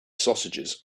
sausages